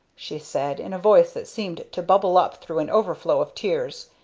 she said, in a voice that seemed to bubble up through an overflow of tears,